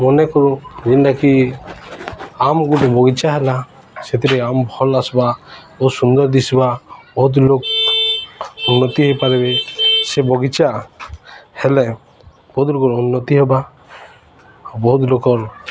ମନେ କରୁ ଯେନ୍ଟାକି ଆମ ଗୋଟେ ବଗିଚା ହେଲା ସେଥିରେ ଆମ ଭଲ ଆସ୍ବା ବହୁତ ସୁନ୍ଦର ଦିଶ୍ବା ବହୁତ ଲୋକ ଉନ୍ନତି ହେଇପାରିବେ ସେ ବଗିଚା ହେଲେ ବହୁତ ଲୋକର ଉନ୍ନତି ହେବା ବହୁତ ଲୋକର